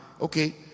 okay